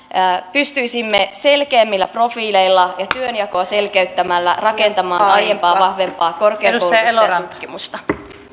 pystyisimme selkeämmillä profiileilla ja työnjakoa selkeyttämällä rakentamaan aiempaa vahvempaa korkeakoulutusta ja tutkimusta arvoisa